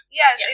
yes